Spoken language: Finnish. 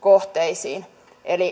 kohteisiin